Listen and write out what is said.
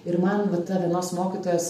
ir man va ta vienos mokytojos